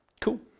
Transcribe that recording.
Cool